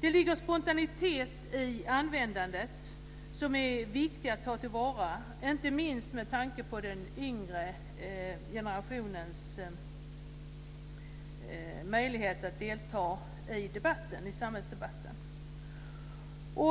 Det ligger en spontanitet i användandet som är viktig att ta till vara, inte minst med tanke på den yngre generationens möjligheter att delta i samhällsdebatten.